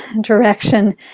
direction